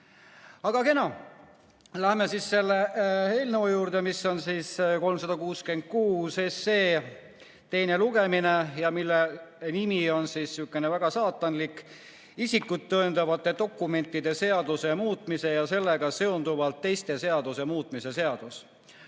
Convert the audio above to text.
kena, läheme siis selle eelnõu juurde. 366 SE teine lugemine. Selle nimi on sihukene väga saatanlik: isikut tõendavate dokumentide seaduse muutmise ja sellega seonduvalt teiste seaduste muutmise seadus.